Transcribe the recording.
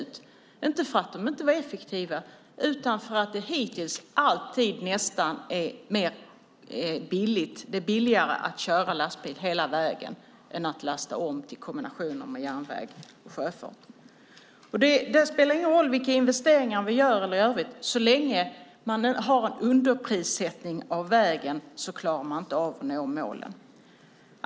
Det var inte för att de inte var effektiva utan för att det hittills nästan alltid är billigare att köra lastbil hela vägen än att lasta om till kombinationer med järnväg och sjöfart. Det spelar ingen roll vilka investeringar vi gör i övrigt. Så länge man har en underprissättning av vägen klarar man inte av att nå målen.